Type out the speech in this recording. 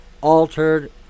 altered